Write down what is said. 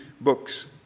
books